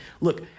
look